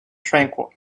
tranquil